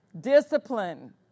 discipline